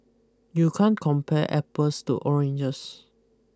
you can't compare apples to oranges